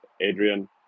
Adrian